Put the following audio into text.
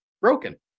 broken